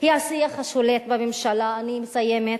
היא השיח השולט בממשלה, אני מסיימת,